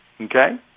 Okay